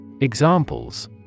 Examples